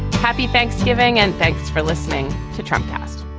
happy thanksgiving and thanks for listening to tramcars